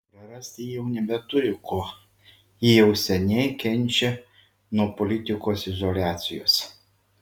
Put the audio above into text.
prarasti ji jau nebeturi ko ji jau seniai kenčia nuo politikos izoliacijos